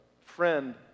friend